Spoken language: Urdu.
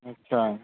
اچھا